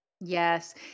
Yes